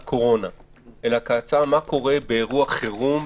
קורונה אלא כהצעה שתעסוק בשאלה מה קורה באירוע חירום,